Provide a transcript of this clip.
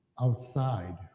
outside